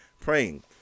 praying